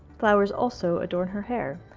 flowers also adorn her hair.